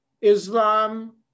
Islam